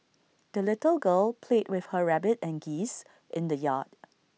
the little girl played with her rabbit and geese in the yard